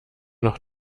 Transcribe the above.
noch